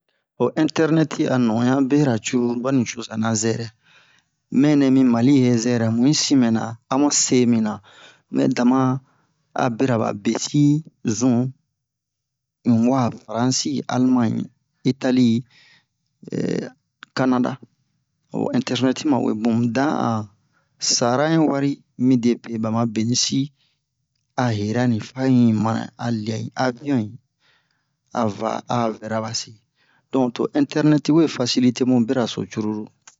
ho ɛntɛrnɛti a nu'onɲan bera curulu ɓa nucuzo na zɛrɛ mɛ nɛ mi Mali he zɛrɛ mu yi sin mɛna amu se mina mɛ dama a bira ɓa besi zun ere u wa Fransi Alemaɲe Itali Kanada ho ɛntɛrnɛti ma wee bun mu dan a sara in wari midepe ɓa ma benisi a herani fa in yi mana an liya in aviyon a va a vɛra ɓase donk to ɛntɛrnɛti we fasilite mu beraso curulu